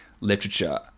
literature